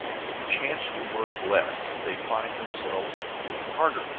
with the chance to work less, they find themselves working harder.